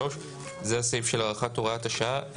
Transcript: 2023);" זה הסעיף של הארכת הוראת השעה.